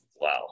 Wow